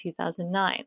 2009